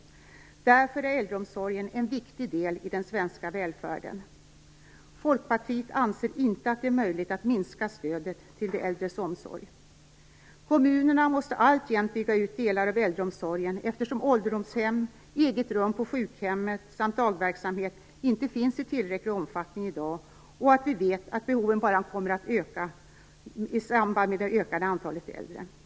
Därför är äldreomsorgen en viktig del i den svenska välfärden. Folkpartiet anser inte att det är möjligt att minska stödet till de äldres omsorg. Kommunerna måste alltjämt bygga ut delar av äldreomsorgen eftersom ålderdomshem, eget rum på sjukhemmet samt dagverksamhet inte finns i tillräcklig omfattning i dag. Vi vet att behoven bara kommer att öka i samband med det ökade antalet äldre människor.